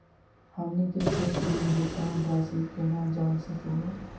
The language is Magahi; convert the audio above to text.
हमनी के शेष ऋण भुगतान रासी केना जान सकू हो?